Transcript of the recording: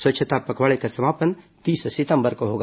स्वच्छता पखवाड़े का समापन तीस सितंबर को होगा